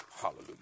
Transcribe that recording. hallelujah